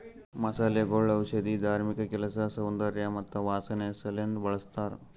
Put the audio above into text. ಮಸಾಲೆಗೊಳ್ ಔಷಧಿ, ಧಾರ್ಮಿಕ ಕೆಲಸ, ಸೌಂದರ್ಯ ಮತ್ತ ವಾಸನೆ ಸಲೆಂದ್ ಬಳ್ಸತಾರ್